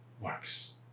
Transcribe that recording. works